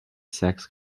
sex